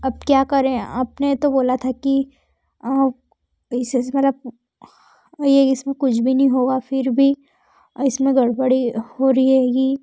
अब क्या करें अपने तो बोला था कि आप इसमें मतलब लिए इसमे कुछ भी नहीं होगा फिर भी इसमें गड़बड़ी हो रही है कि